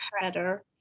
better